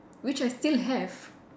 which I still have